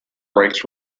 brakes